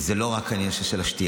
זה לא רק עניין השתייה.